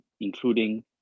including